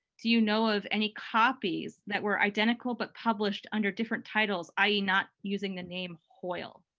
do you know of any copies that were identical but published under different titles? i e not using the name hoyle.